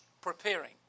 preparing